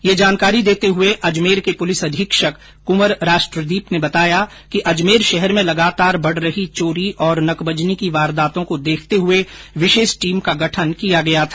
ये जानकारी देते हुए एस पी कृंवर राष्ट्रदीप ने बताया कि अजमेर शहर में लगातार बढ रही चोरी और नकबजनी की वारदातों को देखते हुए विशेष टीम का गठन किया गया था